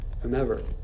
whomever